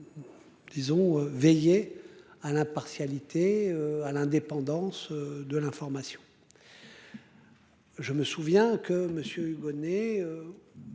Disons, veiller à l'impartialité. À l'indépendance de l'information. Je me souviens que Monsieur